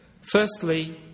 Firstly